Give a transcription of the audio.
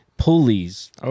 pulleys